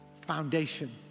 foundation